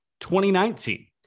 2019